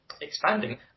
expanding